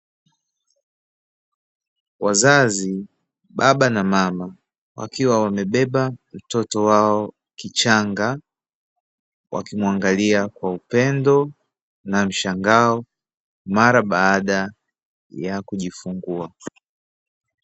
Wazazi baba na mama wakiwa wamebeba mtoto wao kichanga, wakimwangalia kwa upendo na mshangao, mara baada ya kujifungua.